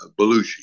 Belushi